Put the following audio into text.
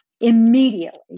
Immediately